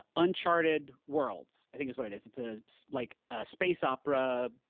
uncharted worlds i think is what it is. it's ah like a space opera,